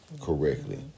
correctly